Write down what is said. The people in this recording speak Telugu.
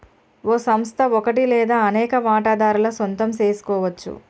ఓ సంస్థ ఒకటి లేదా అనేక వాటాదారుల సొంతం సెసుకోవచ్చు